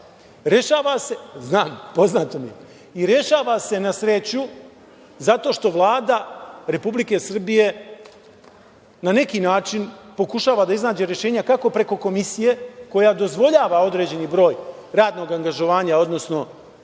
treba da se rešava. I rešava se, na sreću, zato što Vlada Republike Srbije na neki način pokušava da iznađe rešenja preko Komisije koja dozvoljava određeni broj radnog angažovanja, odnosno